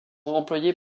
employée